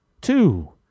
Two